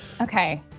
Okay